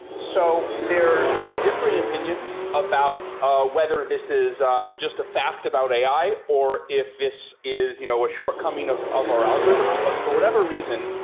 so there's differing opinions about ah whether this is just a fact about ai, or if this is you know a shortcoming of of our algorithms. but for whatever reason,